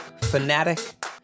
fanatic